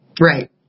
Right